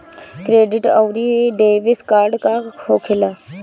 Credit आउरी debit card का होखेला?